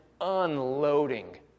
unloading